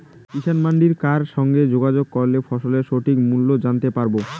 কিষান মান্ডির কার সঙ্গে যোগাযোগ করলে ফসলের সঠিক মূল্য জানতে পারবো?